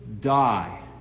die